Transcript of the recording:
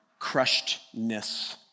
crushedness